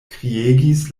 kriegis